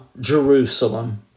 Jerusalem